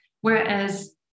whereas